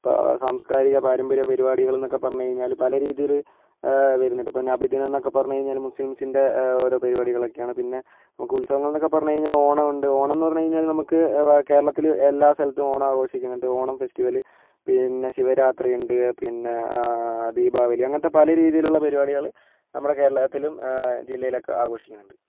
ഇപ്പോൾ സാംസ്കാരിക പാരമ്പര്യ പരിപാടികളെന്നൊക്കെ പറഞ്ഞു കഴിഞ്ഞാൽ പലരീതിയിൽ വരുന്നുണ്ട് ഇപ്പോൾ നബിദിനമെന്നൊക്കെ പറഞ്ഞു കഴിഞ്ഞാൽ ഇപ്പോൾ മുസ്ലീംസിൻ്റെ ഓരോ പരിപാടികളൊക്കെയാണ് പിന്നെ നമുക്ക് ഉത്സവങ്ങളെന്നൊക്കെ പറഞ്ഞുകഴിഞ്ഞാൽ നമുക്ക് ഓണമുണ്ട് ഓണമെന്ന് പറഞ്ഞുകഴിഞ്ഞാൽ നമുക്ക് കേരളത്തിൽ എല്ലാ സ്ഥലത്തും ഓണമാഘോഷിക്കുന്നുണ്ട് ഓണം ഫെസ്റ്റിവൽ പിന്നെ ശിവരാത്രിയുണ്ട് പിന്നെ ദീപാവലി അങ്ങനത്തെ പല രീതിയിലുള്ള പരിപാടികൾ നമ്മുടെ കേരളത്തിലും ജില്ലയിലും ഒക്കെ ആഘോഷിക്കുന്നുണ്ട്